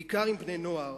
בעיקר עם בני-נוער,